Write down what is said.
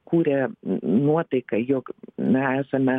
kūrė nuotaiką jog na esame